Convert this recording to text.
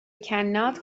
cannot